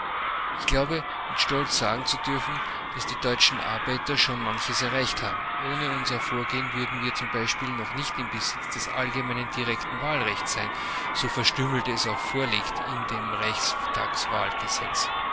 ich glaube mit stolz sagen zu dürfen daß die deutschen arbeiter schon manches erreicht haben ohne unser vorgehen würden wir z b noch nicht im besitz des allgemeinen direkten wahlrechtes sein so verstümmelt es auch vorliegt in dem